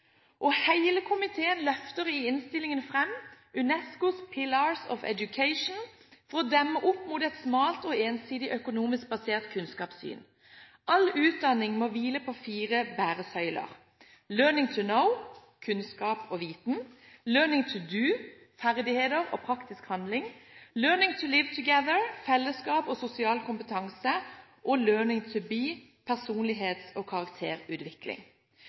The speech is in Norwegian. komiteen løfter i innstillingen frem Unescos «The Four Pillars of Education» for å demme opp mot et smalt og ensidig økonomisk basert kunnskapssyn. All utdanning må hvile på fire bæresøyler: «Learning to know» – kunnskap og viten «Learning to do» – ferdigheter og praktisk handling «Learning to live together» – fellesskap og sosial kompetanse «Learning to be» – personlighets- og karakterutvikling.